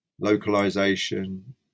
localization